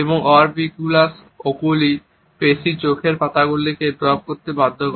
এবং orbicularis oculi পেশী চোখের পাতাগুলিকে ড্রপ করতে বাধ্য করে